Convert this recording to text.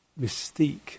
mystique